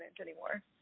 anymore